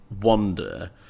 wonder